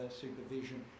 supervision